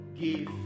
give